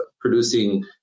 producing